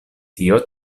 tio